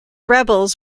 rebels